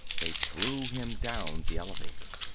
they threw him down the elevator.